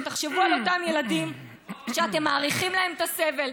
ותחשבו על אותם ילדים שאתם מאריכים להם את הסבל,